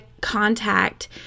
contact